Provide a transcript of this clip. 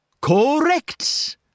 Correct